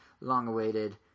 long-awaited